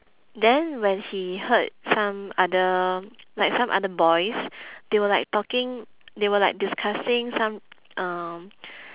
then when he heard some other like some other boys they were like talking they were like discussing some um